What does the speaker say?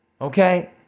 Okay